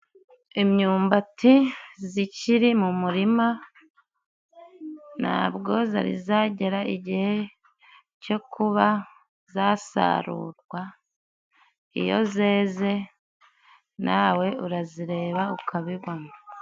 Imyumbati zikiri mu murima, ntabwo zari zagera igihe cyo kuba zasarurwa, iyo zeze nawe urazireba ukabibona.